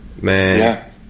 Man